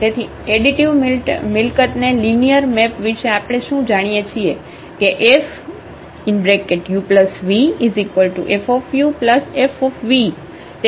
તેથી આડિટિવ મિલકતને linear map વિશે આપણે શું જાણીએ છીએ કેFuvFuFv